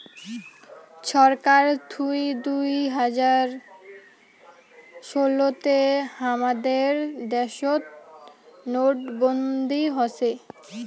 ছরকার থুই দুই হাজার ষোলো তে হামাদের দ্যাশোত নোটবন্দি হসে